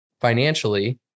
financially